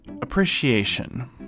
Appreciation